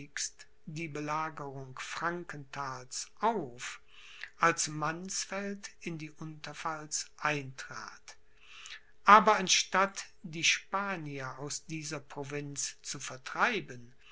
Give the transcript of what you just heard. die belagerung frankenthals auf als mannsfeld in die unterpfalz eintrat aber anstatt die spanier aus dieser provinz zu vertreiben